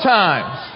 times